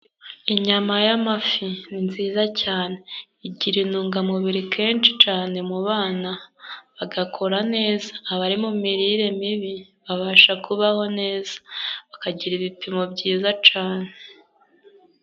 Inyama y'amafi ni nziza cyane igira intungamubiri kenshi cane mu bana bagakora neza abari mu mirire mibi babasha kubaho neza bakagira ibipimo byiza cane.